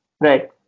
right